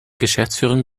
geschäftsführung